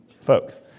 folks